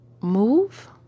move